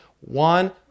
one